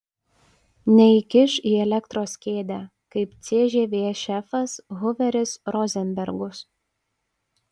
neįkiš į elektros kėdę kaip cžv šefas huveris rozenbergus